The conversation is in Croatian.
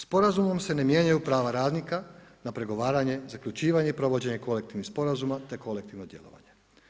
Sporazumom se ne mijenjaju prava radina na pregovaranje, zaključivanje i provođenje kolektivnih sporazuma te kolektivnog djelovanja.